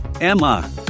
Emma